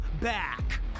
back